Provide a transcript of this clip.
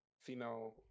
female